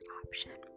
option